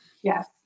Yes